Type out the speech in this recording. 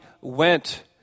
went